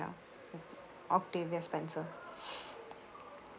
oc~ octavia spencer